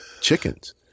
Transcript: chickens